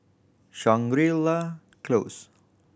Shangri La Close